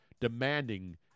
demanding